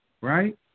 right